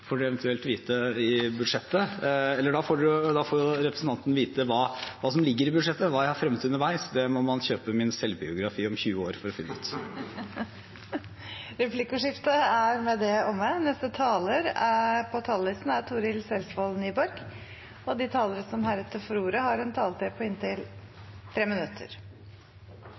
for det. Hva jeg fremmer i forbindelse med budsjettprosessene, kommer jo ikke frem her. Det får dere eventuelt vite i budsjettet. Da får representanten vite hva som ligger i budsjettet; hva jeg har fremmet underveis, må man kjøpe min selvbiografi om 20 år for å finne ut. Replikkordskiftet er omme. De talere som heretter får ordet, har også en taletid på inntil 3 minutter.